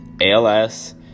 ALS